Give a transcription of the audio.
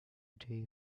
day